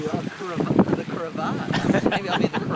the ah kind of ah the cravats maybe i'll be the